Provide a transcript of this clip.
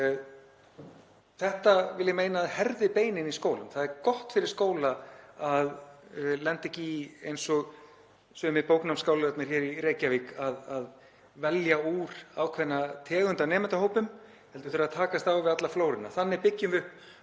Þetta vil ég meina að herði beinin í skólum. Það er gott fyrir skóla að lenda ekki í, eins og sumir bóknámsskólarnir í Reykjavík, að velja úr ákveðna tegund af nemendahópum heldur þurfi að takast á við alla flóruna. Þannig byggjum við